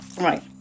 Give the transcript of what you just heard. Right